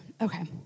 Okay